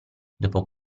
dopo